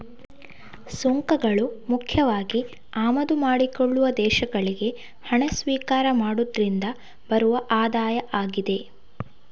ಸುಂಕಗಳು ಮುಖ್ಯವಾಗಿ ಆಮದು ಮಾಡಿಕೊಳ್ಳುವ ದೇಶಗಳಿಗೆ ಹಣ ಸ್ವೀಕಾರ ಮಾಡುದ್ರಿಂದ ಬರುವ ಆದಾಯ ಆಗಿದೆ